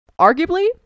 arguably